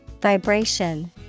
Vibration